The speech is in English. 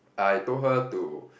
I told her to